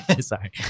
Sorry